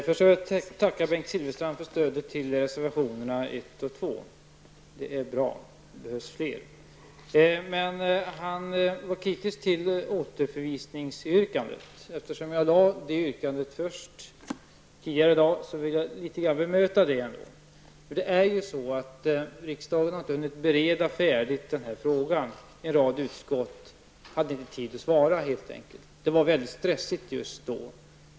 Fru talman! Jag vill tacka Bengt Silfverstrand för stödet för reservationerna 1 och 2. Det är bra. Det behövs fler. Han var emellertid kritisk till återförvisningsyrkandet. Eftersom jag lade fram detta yrkande tidigare i dag, vill jag något kommentera det. Riksdagen har inte hunnit bereda färdigt denna fråga. En rad utskott har inte haft tid att svara, helt enkelt. Det var mycket stressigt just då.